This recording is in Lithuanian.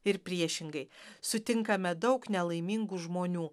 ir priešingai sutinkame daug nelaimingų žmonių